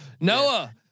Noah